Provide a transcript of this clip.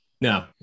No